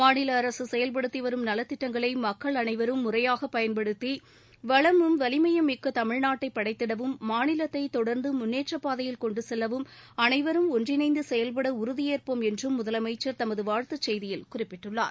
மாநில அரசு செயல்படுத்தி வரும் நலத்திட்டங்களை மக்கள் அனைவரும் முறையாக பயன்படுத்தி வளமும் வலிமையும் மிக்க தமிழ்நாட்டை படைத்திடவும் மாநிலத்தை தொடர்ந்து முன்னேற்றப் பாதையில் கொண்டு செல்லவும் அளைவரும் ஒன்றிணைந்து செயல்பட உறுதியேற்போம் என்றும் முதலமைச்சர் தமது வாழ்த்துச் செய்தியில் குறிப்பிட்டுள்ளார்